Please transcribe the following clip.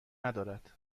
ندارد